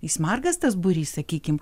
jis margas tas būrys sakykim